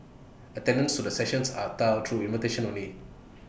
attendance to the sessions are through invitation only